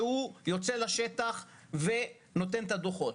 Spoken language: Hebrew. שהוא יוצא לשטח ונותן דוחות,